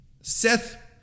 Seth